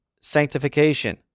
sanctification